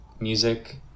Music